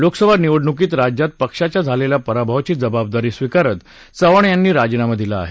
लोकसभा निवडणुकीत राज्यात पक्षाच्या झालेल्या पराभवाची जबाबदारी स्वीकारत चव्हाण यांनी राजीनामा दिला आहे